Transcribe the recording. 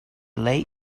lay